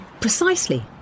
Precisely